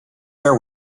care